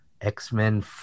X-Men